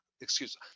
excuse